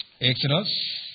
Exodus